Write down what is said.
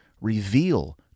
reveal